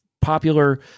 popular